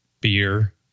Beer